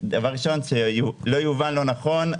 דבר ראשון שלא יובן לא נכון,